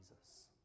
Jesus